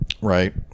right